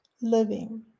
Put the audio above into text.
living